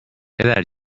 پدر